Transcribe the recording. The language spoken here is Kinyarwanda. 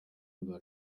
rwa